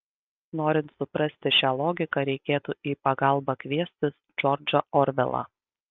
norint suprasti šią logiką reikėtų į pagalbą kviestis džordžą orvelą